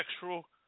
sexual